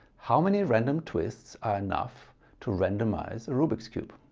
how many random twists are enough to randomize a rubik's cube.